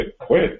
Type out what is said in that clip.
quit